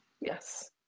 Yes